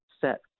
set